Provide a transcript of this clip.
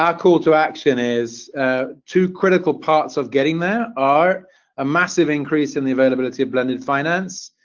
our call to action is two critical parts of getting there are a massive increase in the availability of blended finance,